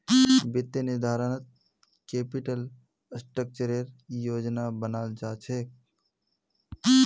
वित्तीय निर्धारणत कैपिटल स्ट्रक्चरेर योजना बनाल जा छेक